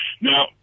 Now